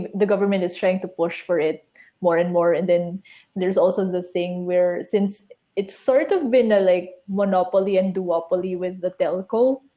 the government is trying to push for it more and more and then there's also the thing where since it's sort of been a like monopoly and duopoly with the telco.